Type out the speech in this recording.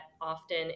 often